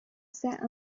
sat